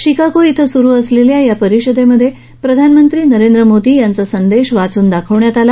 Chicago इथं सुरु असलेल्या या परिषदेमध्ये प्रधानमंत्री नरेंद्र मोदी यांचा संदेश वाचून दाखवण्यात आला